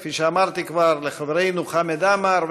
כפי שאמרתי כבר לחברנו חמד עמאר,